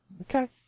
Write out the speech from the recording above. Okay